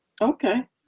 Okay